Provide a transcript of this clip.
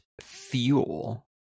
Fuel